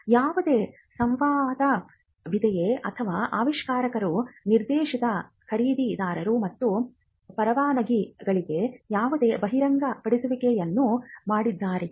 ಯಾವುದೇ ಸಂವಾದವಿದೆಯೇ ಅಥವಾ ಆವಿಷ್ಕಾರಕರು ನಿರೀಕ್ಷಿತ ಖರೀದಿದಾರರು ಮತ್ತು ಪರವಾನಗಿಗಳಿಗೆ ಯಾವುದೇ ಬಹಿರಂಗಪಡಿಸುವಿಕೆಯನ್ನು ಮಾಡಿದ್ದಾರೆಯೇ